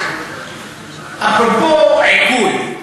אפרופו עיקול,